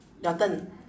your turn